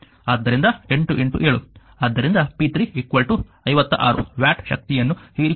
ಆದ್ದರಿಂದ 8 7 ಆದ್ದರಿಂದ p3 56 watt ಶಕ್ತಿಯನ್ನು ಹೀರಿಕೊಳ್ಳುತ್ತದೆ